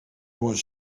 was